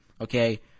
okay